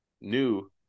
new